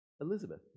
Elizabeth